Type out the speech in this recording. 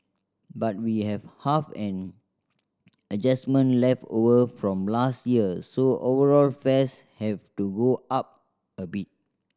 but we have half an adjustment left over from last year so overall fares have to go up a bit